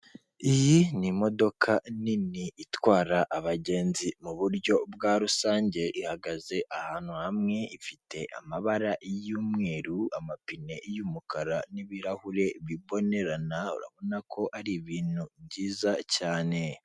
Iyi ni imodoka nini itwara abagenzi mu buryo bwa rusange, ihagaze ahantu hamwe ifite amabara y'umweru, amapine y'umukara n'ibirahure bibonerana urabona ko ari ibintu byiza cyane.